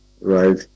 right